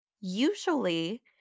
usually